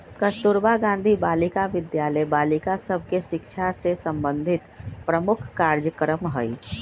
कस्तूरबा गांधी बालिका विद्यालय बालिका सभ के शिक्षा से संबंधित प्रमुख कार्जक्रम हइ